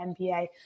NBA